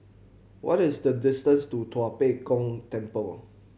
what is the distance to Tua Pek Kong Temple